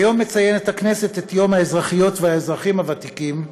היום מציינת הכנסת את יום האזרחיות והאזרחים הוותיקים,